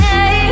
Hey